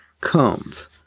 comes